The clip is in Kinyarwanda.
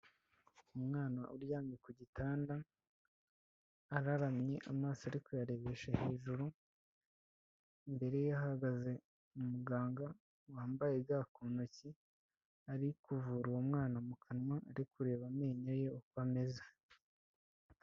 Umwana uryamye ku gitanda, araramye amaso ari kuyarebeshe hejuru, imbere ye hahagaze umuganga wambaye ga ku ntoki, ari kuvura uwo mwana mu kanwa, ari kureba amenyo ye uko ameze.